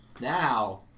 Now